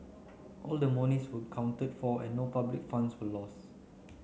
all the monies were accounted for and no public funds were lost